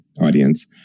audience